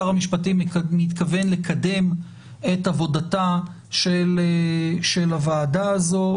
שר המשפטים מתכוון לקדם את עבודתה של הוועדה הזו,